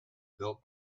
built